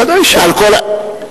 ודאי שלא.